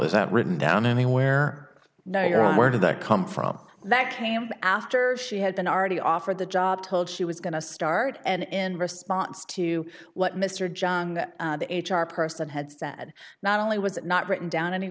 it written down anywhere no you're right where did that come from that came after she had been already offered the job told she was going to start and in response to what mr john that the h r person had said not only was it not written down any